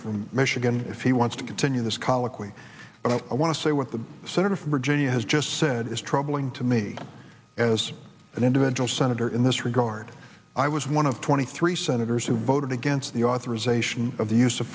from michigan if he wants to continue this colloquy but i want to say what the senator from virginia has just said is troubling to me as an individual senator in this regard i was one of twenty three senators who voted against the authorization of the use of